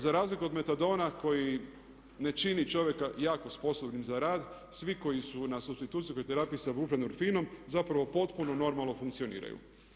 Za razliku od metadona koji ne čini čovjeka jako sposobnim za rad, svi koji su na supstitucijskoj terapiji sa buprenorfinom zapravo potpuno normalno funkcioniraju.